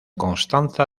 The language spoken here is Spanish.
constanza